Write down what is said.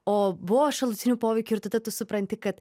o buvo šalutinių poveikių ir tada tu supranti kad